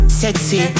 sexy